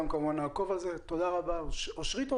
תודה רבה, אושרית.